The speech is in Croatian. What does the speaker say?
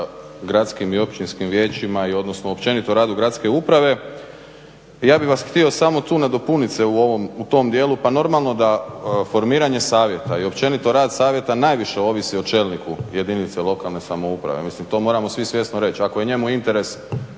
gradskim i općinskim vijećima i odnosno općenito radu gradske uprave. Ja bih vas samo htio nadopuniti u tom dijelu, pa normalno da formiranje savjeta i općenito rad savjeta najviše ovisi o čelniku jedinice lokalne samouprave, mislim to moramo svi svjesno reći. Ako je njemu interes